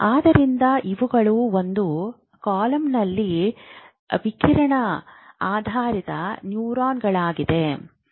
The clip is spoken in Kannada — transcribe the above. ಆದ್ದರಿಂದ ಇವುಗಳು ಒಂದು ಕಾಲಂನಲ್ಲಿ ವಿಕಿರಣ ಆಧಾರಿತ ನ್ಯೂರಾನ್ಗಳಾಗಿದ್ದರೆ